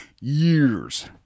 years